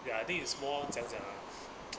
ya I think it's more 将将 ah